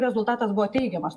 rezultatas buvo teigiamas